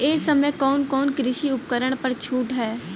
ए समय कवन कवन कृषि उपकरण पर छूट ह?